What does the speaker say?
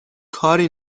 کاری